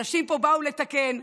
אנשים פה באו לתקן,